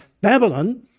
Babylon